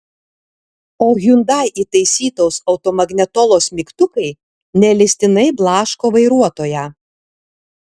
o hyundai įtaisytos automagnetolos mygtukai neleistinai blaško vairuotoją